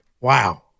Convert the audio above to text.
Wow